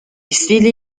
stili